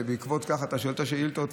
ובעקבות זה אתה שואל את השאילתות,